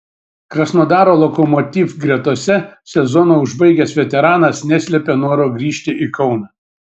krasnodaro lokomotiv gretose sezoną užbaigęs veteranas neslėpė noro grįžti į kauną